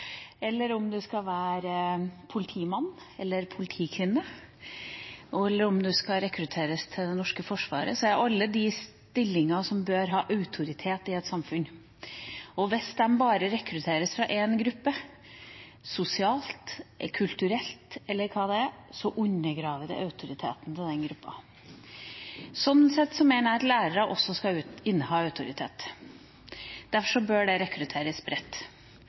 politimann eller -kvinne, eller om en skal rekrutteres til det norske forsvaret, så er alle disse stillinger som bør ha autoritet i et samfunn. Hvis det bare rekrutteres fra én gruppe – sosialt, kulturelt, eller hva det måtte være – undergraver det autoriteten til de stillingene. Sånn sett mener jeg at også lærere skal inneha autoritet, og derfor bør det rekrutteres bredt.